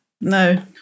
No